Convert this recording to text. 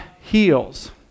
heals